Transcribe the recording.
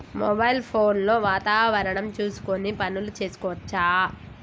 Mobile phone లో వాతావరణం చూసుకొని పనులు చేసుకోవచ్చా?